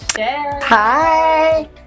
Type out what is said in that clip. hi